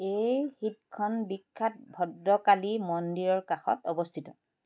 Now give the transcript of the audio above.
এই হ্ৰদখন বিখ্যাত ভদ্ৰকালী মন্দিৰৰ কাষত অৱস্থিত